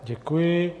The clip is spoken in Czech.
Děkuji.